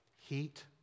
heat